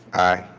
aye.